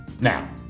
Now